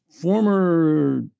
former